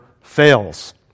fails